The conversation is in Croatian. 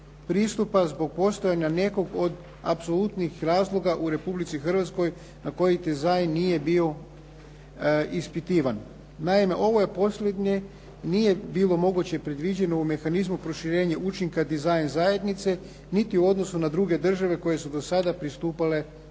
pristupa zbog postojanja nekog od apsolutnih razloga u Republici Hrvatskoj na koji dizajn nije bio ispitivan. Naime, ovo posljednje nije bilo moguće predviđeno u mehanizmu proširenje učinka dizajn zajednice niti u odnosu na druge države koje su do sada pristupale Europskoj